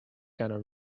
gonna